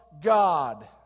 God